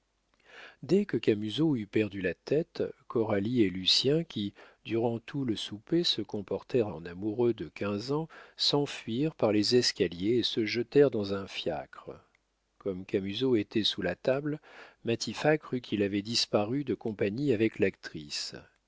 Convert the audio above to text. dès que camusot eut perdu la tête coralie et lucien qui durant tout le souper se comportèrent en amoureux de quinze ans s'enfuirent par les escaliers et se jetèrent dans un fiacre comme camusot était sous la table matifat crut qu'il avait disparu de compagnie avec l'actrice